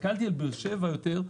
הסתכלתי על באר שבע יותר.